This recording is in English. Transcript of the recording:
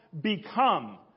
become